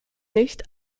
nicht